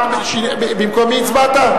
במקום מי הצבעת?